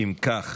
אם כך,